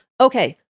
Okay